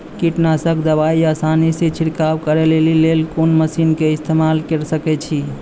कीटनासक दवाई आसानीसॅ छिड़काव करै लेली लेल कून मसीनऽक इस्तेमाल के सकै छी?